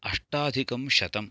अष्टाधिकं शतं